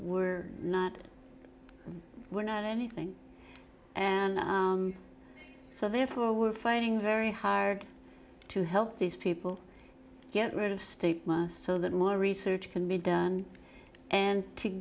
we're not we're not anything and so therefore we're fighting very hard to help these people get rid of state so that more research can be done and to